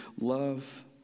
love